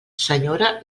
senyora